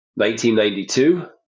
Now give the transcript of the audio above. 1992